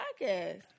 podcast